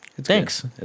Thanks